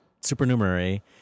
supernumerary